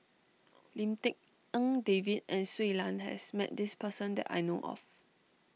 Lim Tik En David and Shui Lan has met this person that I know of